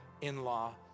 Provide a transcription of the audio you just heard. in-law